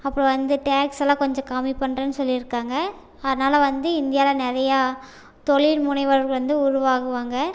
அப்புறம் வந்து டேக்ஸ் எல்லாம் கொஞ்சம் கம்மி பண்ணுறேன் சொல்லியிருக்காங்க அதனால வந்து இந்தியாவில் நிறையா தொழில் முனைவர்கள் வந்து உருவாகுவாங்க